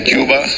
Cuba